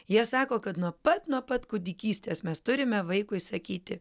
jie sako kad nuo pat nuo pat kūdikystės mes turime vaikui sakyti